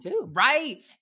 right